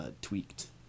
tweaked